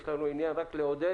יש לנו עניין רק לעודד